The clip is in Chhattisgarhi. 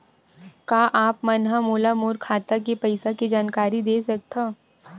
का आप मन ह मोला मोर खाता के पईसा के जानकारी दे सकथव?